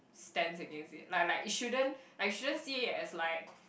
stance against it like like it shouldn't like shouldn't see it as like